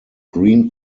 green